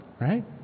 right